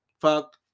fuck